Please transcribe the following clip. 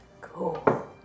Cool